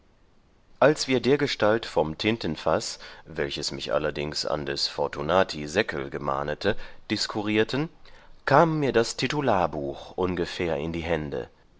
als wir dergestalt vom tintenfaß welches mich allerdings an des fortunati säckel gemahnete diskurierten kam mir das titularbuch ungefähr in die hände